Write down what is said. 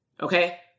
Okay